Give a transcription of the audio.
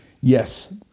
yes